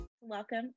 Welcome